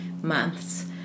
months